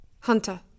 Hunter